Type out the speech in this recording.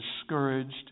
discouraged